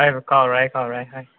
ꯍꯣꯏꯕ ꯀꯥꯎꯔꯣꯏ ꯀꯥꯎꯔꯣꯏ ꯍꯥꯏꯒꯦ